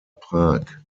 prag